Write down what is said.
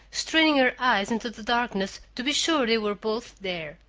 straining her eyes into the darkness to be sure they were both there.